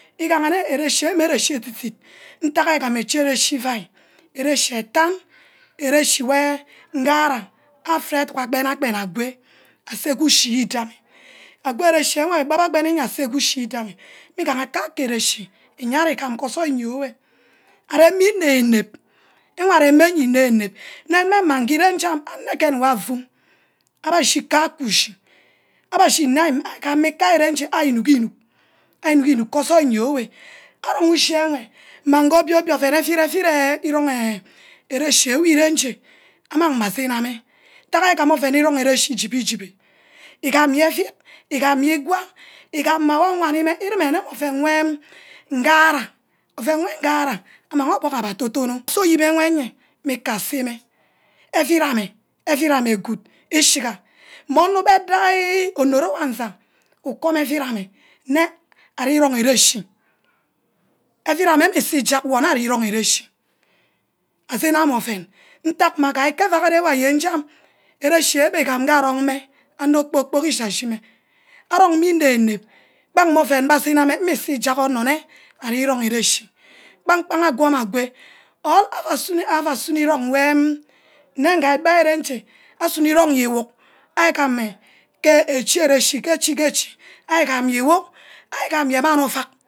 Igahne ere-chi wlr meh ere-chi efifib ntagha igama iche ere-chi iuai, ere-chi etan, ere-chi wey ngara afed edug aben-ben agwe aseh gee ushi oyidehi, ago ere-chi enwe bah abeni ye aswh ke ushi idagi mnigaha kake erechi, iyeah ari ge osoil iyio enwe aremeh inep-inep, enwa arem-meh inep-inep. nne mmeh mah wor anegen woe afu abbe ashi ka-ke ushi, abbe ashi hlge reh ar inuck, aei inuck ke osoil iyio enwe, arong ushi enwe mang ge obio-obio ouen euid er erong el ere-chi eroi-re nje amang meh asene meh ntagha igama ouen irong ere-chi ijubo jibi igam ye euid, igam ayeah igwa, igam nmeh awani meh ireme nne ouen weh ngahara, ouen wer ngahara amang obuck abbeh ador-donor so iem enwe mika asemeh auid ameh, auid ameh goid isihiga mmeh onor ubed dia onori awan sah ukom euid ameh, nne ari rong ere-chi, euid ameh mmusu jag wor nne ari rong ere-chi, aeme meh ouen ntag mageh ika auack wor areme jem ere-chi egwe igam ngee apong meh inep-inep, bang mmeh ouen wor aseme meh mmisu ijagha onor nne arigeh irong ere. Chi kpang-kpang agwu wor agoi or aua sunor irong nwem nne gbai nje, asono irong nne iwuk arigam meh ke echi-erechi ke echi ari gam ye iwuk arigam ye mani ouack